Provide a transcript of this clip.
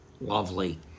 Lovely